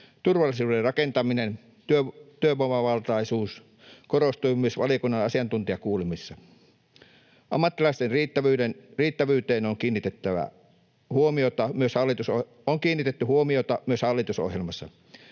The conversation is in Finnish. Turvallisuuden rakentamisen työvoimavaltaisuus korostui myös valiokunnan asiantuntijakuulemisissa. Ammattilaisten riittävyyteen on kiinnitetty huomiota myös hallitusohjelmassa.